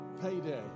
payday